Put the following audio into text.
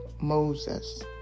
Moses